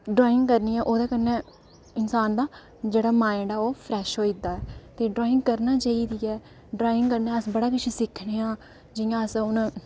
औह्दे ने जेह्ड़ा इन्सान दा माइंड फ्रैश होई जंदा ऐ ओह् फ्रैश होई जंदी ऐ ते ड्राइंग करनी चाहिदी ऐ ड्राइंग कन्नै अस बड़ा किश सिक्खने आं